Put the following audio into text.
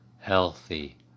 healthy